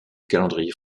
calendrier